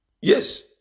Yes